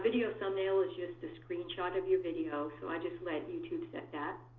video thumbnail is just a screen shot of your video, so i just let youtube set that.